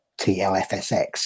TLFSX